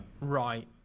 Right